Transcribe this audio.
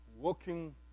working